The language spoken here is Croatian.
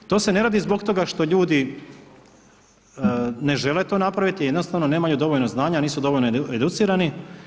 To se ne radi zbog toga što ljudi ne žele to napraviti, jednostavno nemaju dovoljno znanja nisu dovoljno educirani.